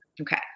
Okay